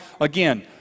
again